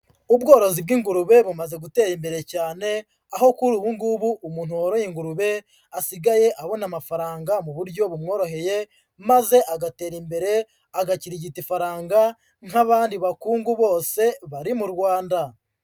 Ubworozi bw'ingurube bumaze gutera imbere cyane, aho kuri ubu ngubu umuntu woroye ingurube, asigaye abona amafaranga mu buryo bumworoheye, maze agatera imbere, agakirigita ifaranga, nk'abandi bakungu bose bari mu Rwanda.